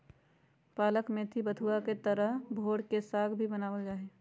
पालक मेथी बथुआ के तरह भोर के साग भी बनावल जाहई